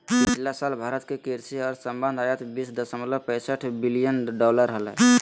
पिछला साल भारत के कृषि और संबद्ध आयात बीस दशमलव पैसठ बिलियन डॉलर हलय